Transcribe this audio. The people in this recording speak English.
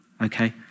Okay